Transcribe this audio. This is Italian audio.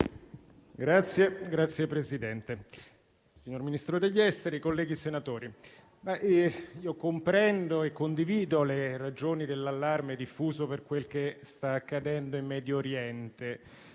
Signor Presidente, signor Ministro degli esteri, colleghi senatori, comprendo e condivido le ragioni dell'allarme diffuso per quel che sta accadendo in Medio Oriente,